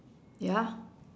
ya